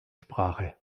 sprache